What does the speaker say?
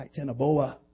Titanoboa